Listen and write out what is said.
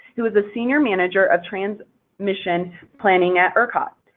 who is the senior manager of transmission planning at ercot.